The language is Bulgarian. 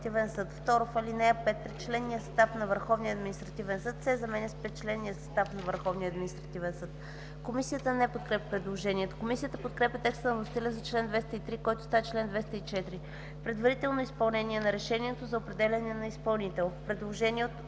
Върховния административен съд”